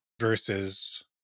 Versus